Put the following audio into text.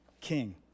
King